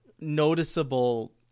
noticeable